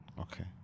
Okay